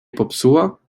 popsuła